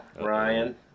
Ryan